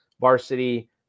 Varsity